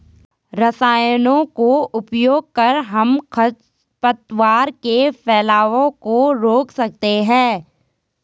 रसायनों का उपयोग कर हम खरपतवार के फैलाव को रोक सकते हैं